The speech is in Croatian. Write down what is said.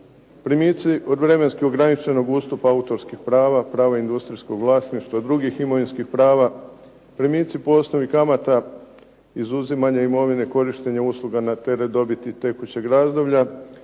primici od vremenski ograničenog ustupa autorskih prava, prava industrijskog vlasništva i drugih imovinskih prava, primici i poslovi kamata, izuzimanje imovine, korištenje usluga na teret dobiti tekućeg razdoblja,